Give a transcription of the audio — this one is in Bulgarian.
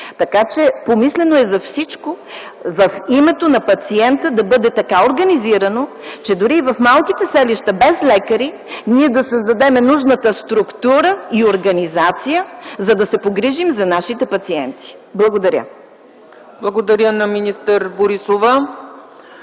болница. Помислено е за всичко в името на пациента да бъде така организирано, че дори и в малките селища, без лекари, ние да създадем нужната структура и организация, за да се погрижим за нашите пациенти. Благодаря. ПРЕДСЕДАТЕЛ ЦЕЦКА ЦАЧЕВА: Благодаря на министър Борисова.